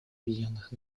объединенных